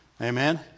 Amen